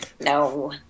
no